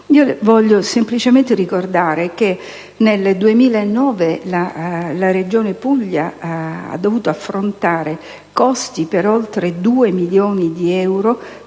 è stato eletto. Ricordo che nel 2009 la Regione Puglia ha dovuto affrontare costi per oltre 2 milioni di euro